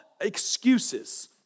excuses